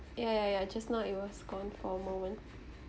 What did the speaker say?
ya ya ya just now it was gone for a moment